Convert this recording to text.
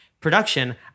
production